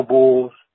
Bulls